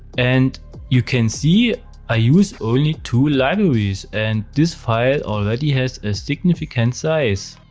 and you can see i use only two libraries, and this file already has a significant size.